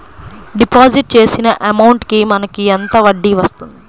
Deposit చేసిన amount కి మనకి ఎంత వడ్డీ వస్తుంది?